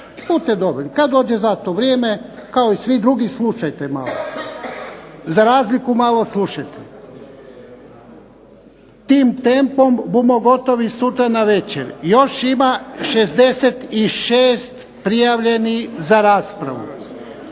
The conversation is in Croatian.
kad dođe za to vrijeme kao i svi drugi, slušajte malo. Za razliku malo slušajte. Tim tempom bumo gotovi sutra navečer. Još ima 66 prijavljenih za raspravu.